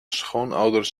schoonouders